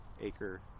acre